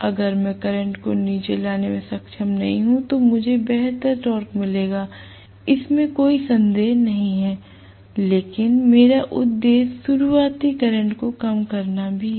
अगर मैं करंट को नीचे लाने में सक्षम नहीं हूँ तो मुझे बेहतर टॉर्क मिलेगा इसमें कोई संदेह नहीं है लेकिन मेरा उद्देश्य शुरुआती करंट को कम करना भी है